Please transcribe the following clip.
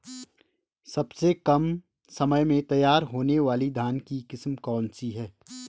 सबसे कम समय में तैयार होने वाली धान की किस्म कौन सी है?